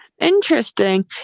Interesting